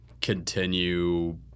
continue